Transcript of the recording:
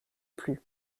plus